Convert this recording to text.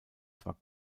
war